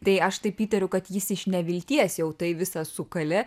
tai aš taip įtariu kad jis iš nevilties jau tai visa sukalė